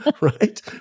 Right